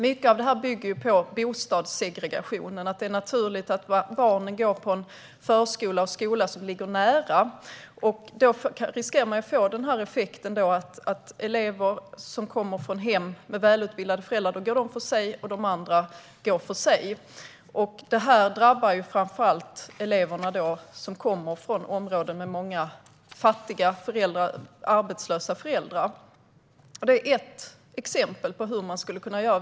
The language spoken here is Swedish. Mycket av det här bygger på bostadssegregationen, på att det är naturligt att barnen går på förskolor och skolor som ligger nära hemmen. Då riskerar vi att få en sådan effekt att elever som kommer från hem med välutbildade föräldrar går för sig och att de andra går för sig. Det drabbar framför allt elever som kommer från områden med många fattiga eller arbetslösa föräldrar. Att bryta det är ett exempel på vad man skulle kunna göra.